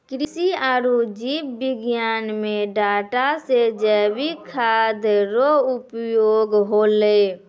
कृषि आरु जीव विज्ञान मे डाटा से जैविक खाद्य रो उपयोग होलै